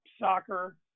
soccer